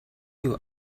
you